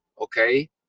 okay